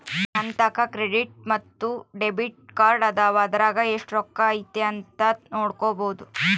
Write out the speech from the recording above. ನಂತಾಕ ಕ್ರೆಡಿಟ್ ಮತ್ತೆ ಡೆಬಿಟ್ ಕಾರ್ಡದವ, ಅದರಾಗ ಎಷ್ಟು ರೊಕ್ಕತೆ ಅಂತ ನೊಡಬೊದು